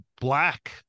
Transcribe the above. black